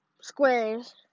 squares